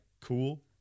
cool